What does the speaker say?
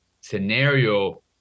scenario